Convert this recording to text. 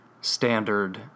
standard